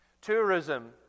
tourism